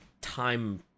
time